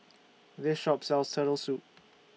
This Shop sells Turtle Soup